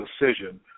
decision